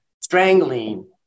strangling